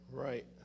Right